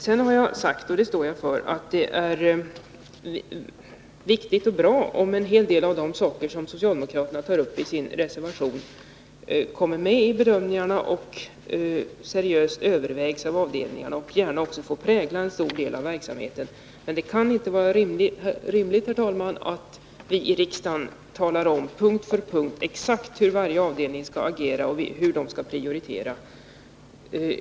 Sedan har jag sagt — och det står jag för — att det är viktigt och bra om en hel del av de saker som socialdemokraterna tar upp i sin reservation kommer med vid bedömningarna och seriöst övervägs av avdelningarna och gärna också får prägla en stor del av verksamheten. Men det kan inte vara rimligt, herr talman, att vi i riksdagen på punkt efter punkt talar om exakt hur varje avdelning skall agera och vad den skall prioritera.